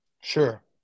Sure